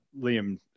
Liam